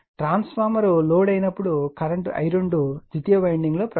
transformer load అయినప్పుడు current I2 ద్వితీయ వైండింగ్లో ప్రవహిస్తుంది